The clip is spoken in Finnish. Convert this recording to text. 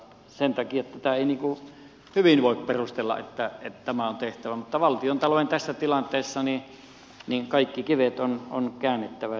sen takia tätä ei hyvin voi perustella että tämä on tehtävä mutta valtiontalouden tässä tilanteessa kaikki kivet on käännettävä